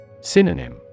Synonym